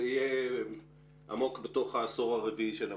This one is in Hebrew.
זה יהיה עמוק בתוך העשור הרביעי של המאה.